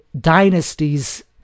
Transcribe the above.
dynasties